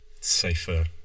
safer